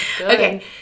Okay